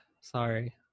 Sorry